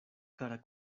kara